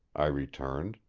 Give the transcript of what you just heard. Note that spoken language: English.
i returned,